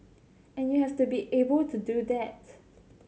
and you have to be able to do that